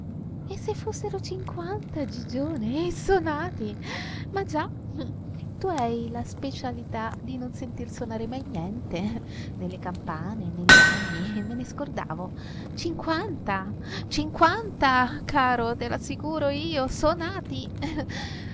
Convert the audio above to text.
quaranta e se fossero cinquanta gigione e sonati ma già tu hai la specialità di non sentir sonare mai niente né le campane né gli anni me ne scordavo cinquanta cinquanta caro te l'assicuro io sonati